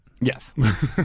Yes